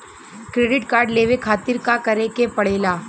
Credit card लेवे खातिर का करे के पड़ेला?